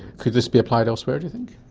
could this be applied elsewhere, do you think?